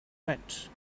wet